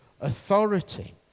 authority